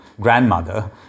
grandmother